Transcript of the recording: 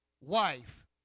wife